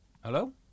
Hello